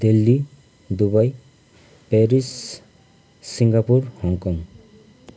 Delhi Dubai Paris Singapore Hong Kong